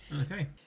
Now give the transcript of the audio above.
Okay